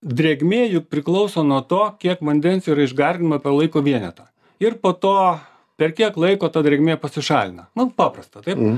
drėgmė juk priklauso nuo to kiek vandens yra išgarinama per laiko vienetą ir po to per kiek laiko ta drėgmė pasišalina nu paprasto taip